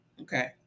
okay